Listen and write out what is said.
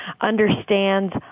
understands